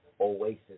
oasis